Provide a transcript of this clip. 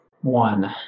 one